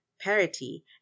parity